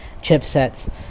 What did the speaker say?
chipsets